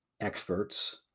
experts